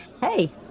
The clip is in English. Hey